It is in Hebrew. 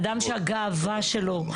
אדם שהגאווה שלו,